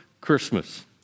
Christmas